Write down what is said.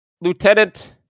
Lieutenant